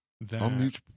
that-